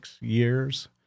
years